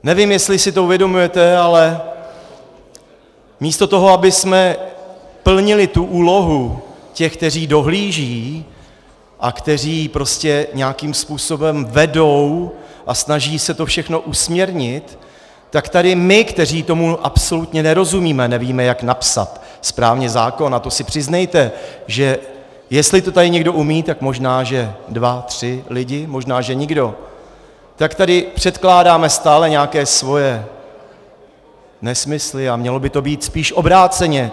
Nevím, jestli si to uvědomujete, ale místo toho, abychom plnili tu úlohu těch, kteří dohlíží a kteří prostě nějakým způsobem vedou a snaží se to všechno usměrnit, tak tady my, kteří tomu absolutně nerozumíme, nevíme, jak napsat správně zákon a to si přiznejte, že jestli to tady někdo umí, tak možná že dva, tři lidé, možná že nikdo tak tady předkládáme stále nějaké svoje nesmysly, a mělo by to být spíš obráceně.